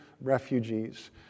refugees